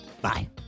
Bye